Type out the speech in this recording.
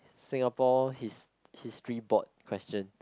Singapore History Board question